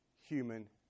human